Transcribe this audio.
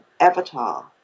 Avatar